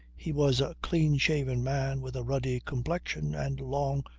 he was a clean-shaven man with a ruddy complexion and long,